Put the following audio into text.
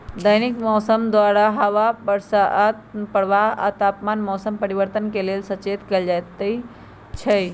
दैनिक मौसम द्वारा हवा बसात प्रवाह आ तापमान मौसम परिवर्तन के लेल सचेत कएल जाइत हइ